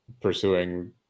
pursuing